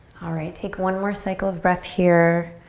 alright, take one more cycle of breath here.